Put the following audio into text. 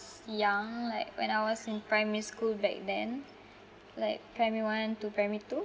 young like when I was in primary school back then like primary one to primary two